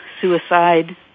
suicide